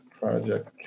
project